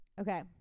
Okay